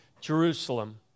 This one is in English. Jerusalem